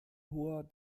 hoher